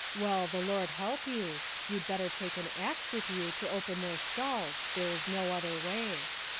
well, the lord help you. you'd better take an axe with you to open their skulls there is no other way.